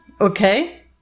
Okay